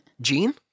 Gene